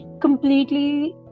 completely